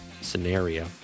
scenario